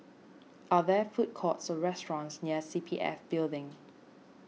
are there food courts or restaurants near C P F Building